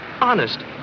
Honest